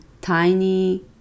tiny